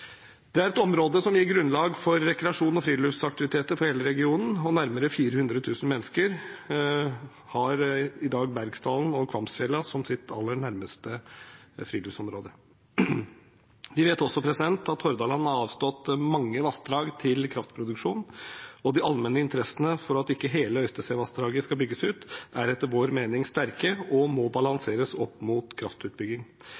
Det er et område som gir grunnlag for rekreasjon og friluftsaktiviteter for hele regionen. Nærmere 400 000 mennesker har i dag Bergsdalen og Kvamsfjella som sitt aller nærmeste friluftsområde. Vi vet også at Hordaland har avstått mange vassdrag til kraftproduksjon, og de allmenne interessene for at ikke hele Øystesevassdraget skal bygges ut, er etter vår mening sterke og må